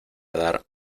dar